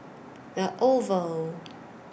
The Oval